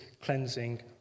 cleansing